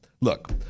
look